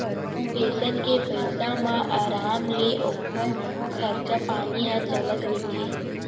pension के पइसा म अराम ले ओखर खरचा पानी ह चलत रहिथे